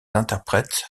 interprètes